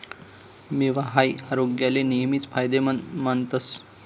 मेवा हाई आरोग्याले नेहमीच फायदेमंद मानतस